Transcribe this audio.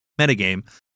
metagame